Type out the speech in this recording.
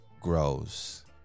grows